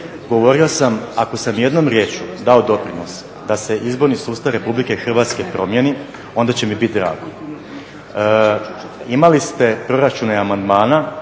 Govorio sam, ako sam jednom riječju dao doprinos da se izborni sustav Republike Hrvatske promijeni onda će mi biti drago. Imali ste proračune amandmana,